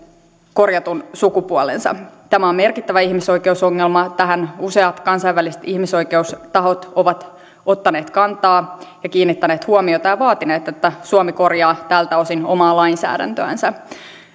korjatun sukupuolensa tämä on merkittävä ihmisoikeusongelma tähän useat kansainväliset ihmisoikeustahot ovat ottaneet kantaa ja kiinnittäneet huomiota ja vaatineet että suomi korjaa tältä osin omaa lainsäädäntöänsä